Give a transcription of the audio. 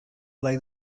lie